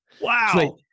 Wow